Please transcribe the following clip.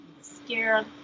scared